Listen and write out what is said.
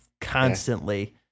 constantly